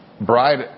Bride